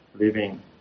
living